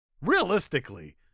Realistically-